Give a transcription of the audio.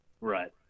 Right